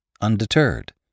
undeterred